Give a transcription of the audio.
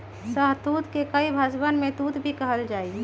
शहतूत के कई भषवन में तूत भी कहल जाहई